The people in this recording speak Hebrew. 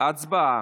הצבעה.